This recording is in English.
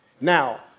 Now